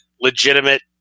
legitimate